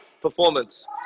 performance